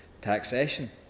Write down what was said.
taxation